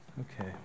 Okay